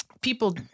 people